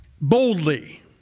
boldly